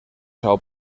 são